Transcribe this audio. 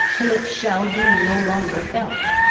till it shall be no longer felt